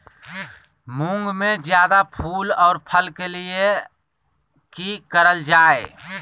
मुंग में जायदा फूल और फल के लिए की करल जाय?